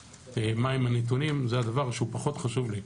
מהם הנתונים - זה הדבר שפחות חשוב לי.